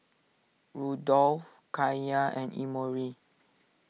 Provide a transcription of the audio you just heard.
Rudolph Kaiya and Emory